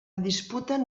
disputen